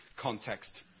context